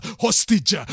Hostage